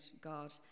God